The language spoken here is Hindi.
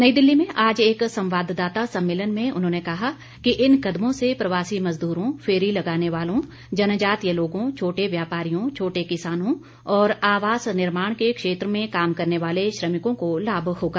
नई दिल्ली में आज एक संवाददाता सम्मेलन में उन्होंने कहा कि इन कदमों से प्रवासी मजदूरों फेरी लगाने वालों जनजातीय लोगों छोटे व्यापारियों छोटे किसानों और आवास निर्माण के क्षेत्र में काम करने वाले श्रमिकों को लाभ होगा